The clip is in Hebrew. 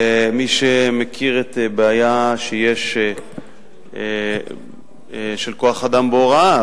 מי שמכיר את הבעיה שיש של כוח-אדם בהוראה,